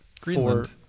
Greenland